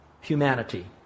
humanity